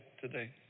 today